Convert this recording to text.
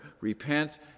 Repent